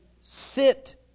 sit